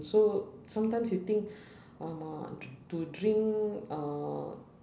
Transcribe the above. so sometimes you think !alamak! to drink uh